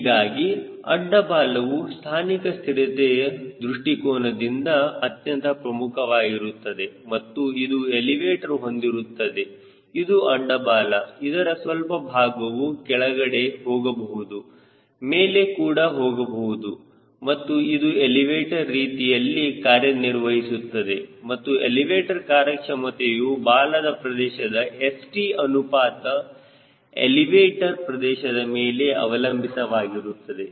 ಹೀಗಾಗಿ ಅಡ್ಡ ಬಾಲವು ಸ್ಥಾನಿಕ ಸ್ಥಿರತೆಯ ದೃಷ್ಟಿಕೋನದಿಂದ ಅತ್ಯಂತ ಪ್ರಮುಖವಾಗಿರುತ್ತದೆ ಮತ್ತು ಇದು ಎಲಿವೇಟರ್ ಹೊಂದಿರುತ್ತದೆ ಇದು ಅಡ್ಡ ಬಾಲ ಇದರ ಸ್ವಲ್ಪ ಭಾಗವು ಕೆಳಗಡೆ ಹೋಗಬಹುದು ಮೇಲೆ ಕೂಡ ಹೋಗಬಹುದು ಮತ್ತು ಇದು ಎಲಿವೇಟರ್ ರೀತಿಯಲ್ಲಿ ಕಾರ್ಯನಿರ್ವಹಿಸುತ್ತದೆ ಮತ್ತು ಎಲಿವೇಟರ್ ಕಾರ್ಯಕ್ಷಮತೆಯು ಬಾಲದ ಪ್ರದೇಶ St ಅನುಪಾತ ಎಲಿವೇಟರ್ ಪ್ರದೇಶದ ಮೇಲೆ ಅವಲಂಬಿತವಾಗಿರುತ್ತದೆ